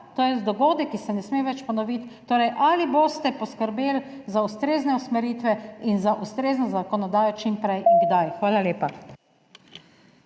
To je dogodek, ki se ne sme več ponoviti. Ali boste poskrbeli za ustrezne usmeritve in za ustrezno zakonodajo čim prej in kdaj? Hvala lepa.